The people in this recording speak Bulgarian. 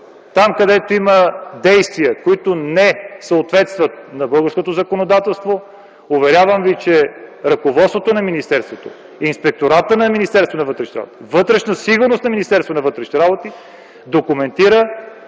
там, където има действия, които не съответстват на българското законодателство, уверявам ви, че ръководството на министерството, Инспекторатът на Министерството на вътрешните работи, „Вътрешна сигурност” на Министерството на вътрешните работи документира